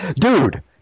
Dude